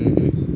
mmhmm